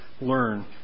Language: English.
learn